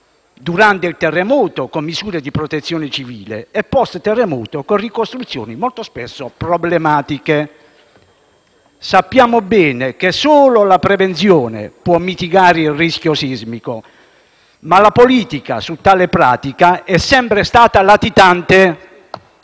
durante il terremoto con misure di protezione civile e dopo di esso con ricostruzioni molto spesso problematiche. Sappiamo bene che solo la prevenzione può mitigare il rischio sismico, ma la politica su tale pratica è sempre stata latitante.